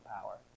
power